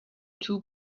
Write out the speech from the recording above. two